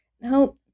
Now